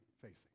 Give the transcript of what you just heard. facing